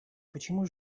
почему